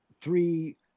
three